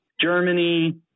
Germany